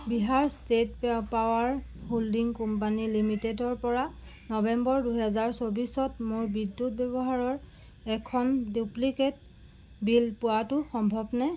Bihar state power holding company লিমিটেডৰ পৰা November দুহেজাৰ চৌব্বিছত মোৰ বিদ্যুৎ ব্যৱহাৰৰ এখন ডুপ্লিকেট বিল পোৱাটো সম্ভৱনে